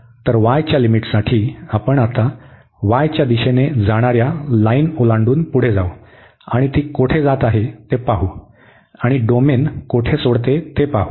तर y च्या लिमिटसाठी आपण आता y च्या दिशेने जाणा या लाईन ओलांडून पुढे जाऊ आणि ती कोठे जात आहे ते पाहू आणि डोमेन कोठे सोडते ते पाहू